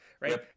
right